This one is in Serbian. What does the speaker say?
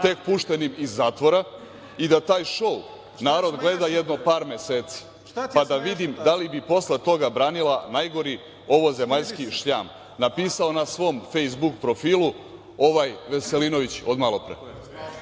tek puštenim iz zatvora i da taj šou narod gleda jedno par meseci, pa da vidim da li bi posle toga branila najgori ovozemaljski šljam". Napisao na svom Fejsbuk profilu ovaj Veselinović od malo